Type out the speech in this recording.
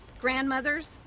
grandmothers